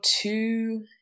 two